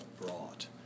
brought